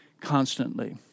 constantly